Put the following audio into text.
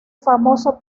famoso